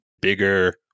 bigger